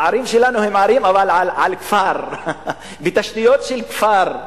הערים שלנו הן ערים אבל על כפר, בתשתיות של כפר.